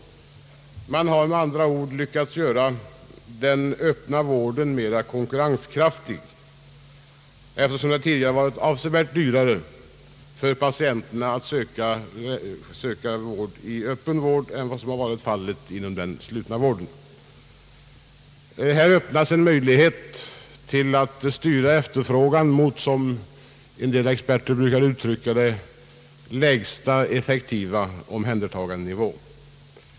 Man har med andra ord lyckats göra den öppna vården mera konkurrenskraftig, eftersom det tidigare varit avsevärt dyrare för patienterna att söka öppen vård än som varit fallet då det gäller den slutna vården. Här öppnar sig en möjlighet att styra efterfrågan i riktning mot vad som ibland har kallats »lägsta effektiva omhändertagandenivå».